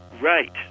Right